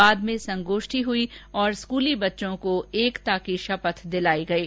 बाद में संगोष्ठी हई और स्कूली बच्चों को एकता की शपथ दिलायी गयी